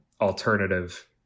alternative